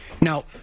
Now